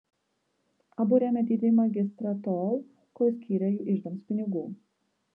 abu rėmė didįjį magistrą tol kol jis skyrė jų iždams pinigų